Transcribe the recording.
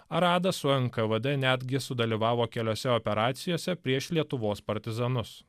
aradas su en k v d netgi sudalyvavo keliose operacijose prieš lietuvos partizanus